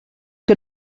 que